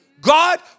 God